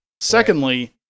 Secondly